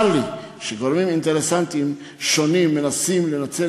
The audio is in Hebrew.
צר לי שגורמים אינטרסנטיים שונים מנסים לנצל